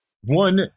one